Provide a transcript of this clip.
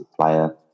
player